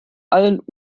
allen